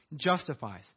justifies